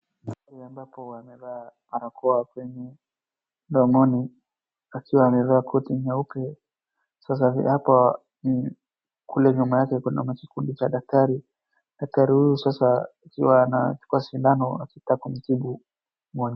Pale ambapo amevaa barakoa kwenye domoni, akiwa amevaa koti nyeupe. Sasa hapo ni kule nyuma yake kuna mashine fulani cha daktari. Daktari huyu sasa akiwa anachukua sindano akitaka kumtibu mgo.